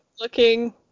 looking